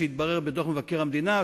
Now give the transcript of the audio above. לפי מה שהתברר בדוח מבקר המדינה,